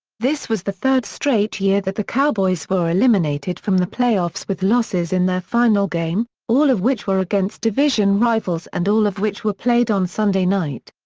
this was the third straight year that the cowboys were eliminated from the playoffs with losses in their final game, all of which were against division rivals and all of which were played on sunday night.